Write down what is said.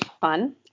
fun